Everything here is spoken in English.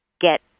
get